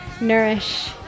nourish